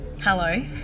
Hello